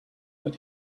but